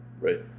Right